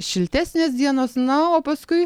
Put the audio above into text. šiltesnės dienos na o paskui